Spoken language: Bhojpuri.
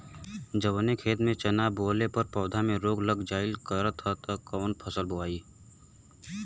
जवने खेत में चना बोअले पर पौधा में रोग लग जाईल करत ह त कवन फसल बोआई?